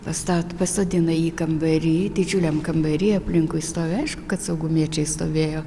pastat pasodina jį kambary didžiuliam kambary aplinkui stovi aišku kad saugumiečiai stovėjo